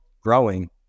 growing